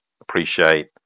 appreciate